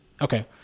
Okay